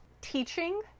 teaching